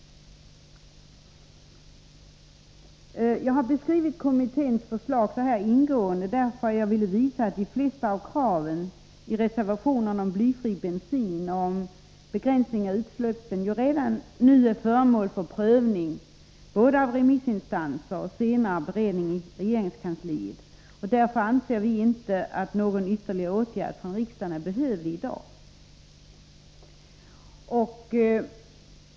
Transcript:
Jag har beskrivit kommitténs förslag så här ingående, därför att jag vill visa att de flesta av kraven i reservationerna om blyfri bensin och begränsning av utsläppen redan nu är föremål för prövning av remissinstanserna och senare för beredning i regeringskansliet. Därför anser vi inte att någon ytterligare åtgärd från riksdagen är behövlig i dag.